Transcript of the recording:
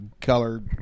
color